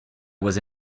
was